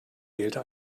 wählte